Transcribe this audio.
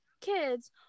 kids